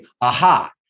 aha